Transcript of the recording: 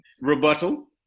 rebuttal